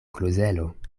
klozelo